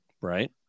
right